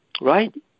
right